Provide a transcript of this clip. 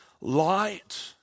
light